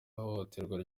ihohoterwa